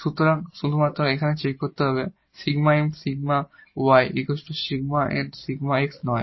সুতরাং শুধু এখানে চেক করতে হবে 𝜕𝑀 𝜕𝑦 𝜕𝑁 𝜕𝑥 নয়